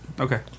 Okay